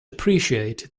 appreciate